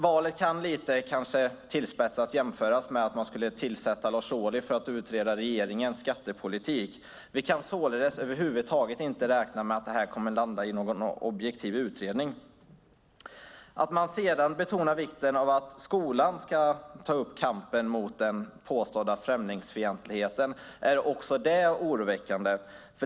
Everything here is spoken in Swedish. Valet kan lite tillspetsat jämföras med att man skulle tillsätta Lars Ohly för att utreda regeringens skattepolitik. Vi kan således över huvud taget inte räkna med att det här kommer att landa i någon objektiv utredning. Att man betonar vikten av att skolan ska ta upp kampen mot den påstådda främlingsfientligheten är också det oroväckande.